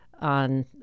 on